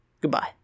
Goodbye